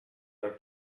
her